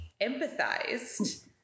empathized